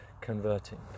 converting